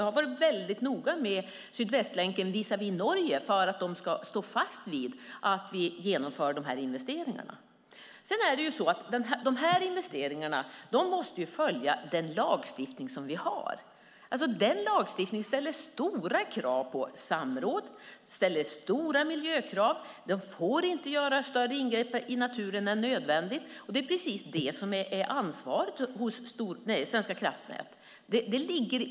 Jag har varit väldigt noga med det visavi Norge för att de ska stå fast vid att vi ska genomföra de här investeringarna. Sedan måste ju de här investeringarna följa den lagstiftning som vi har. Den lagstiftningen ställer stora krav på samråd. Den ställer stora miljökrav. Man får inte göra större ingrepp i naturen än nödvändigt. Det är precis det som är Svenska kraftnäts ansvar.